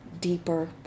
deeper